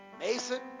Mason